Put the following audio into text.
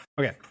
okay